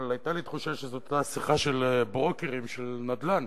אבל היתה לי תחושה שזאת היתה שיחה של ברוקרים של נדל"ן,